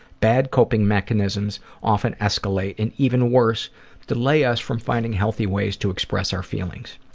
bad coping mechanisms often escalate and even worse delay us from finding healthy ways to express our feelings.